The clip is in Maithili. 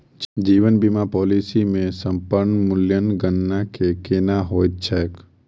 जीवन बीमा पॉलिसी मे समर्पण मूल्यक गणना केना होइत छैक?